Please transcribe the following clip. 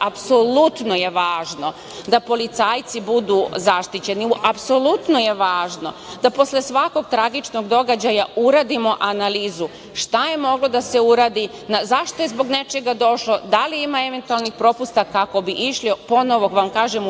apsolutno je važno da policajci budu zaštićeni. Apsolutno je važno da posle svakog tragičnog događaja uradimo analizu šta je moglo da se uradi, zašto je zbog nečega došlo, da li ima eventualnih propusta, kako bi išli ponovo